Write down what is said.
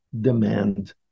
demand